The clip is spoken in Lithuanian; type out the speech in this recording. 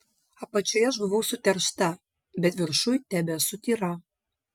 apačioje aš buvau suteršta bet viršuj tebesu tyra